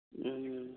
ᱚᱻ